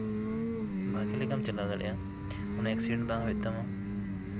ᱵᱷᱟᱹᱜᱮ ᱞᱮᱠᱟᱢ ᱪᱟᱞᱟᱣ ᱫᱟᱲᱮᱭᱟᱜᱼᱟ ᱚᱱᱟ ᱮᱠᱥᱤᱰᱮᱱᱴ ᱦᱩᱭᱩᱜ ᱛᱟᱢᱟ